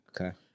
Okay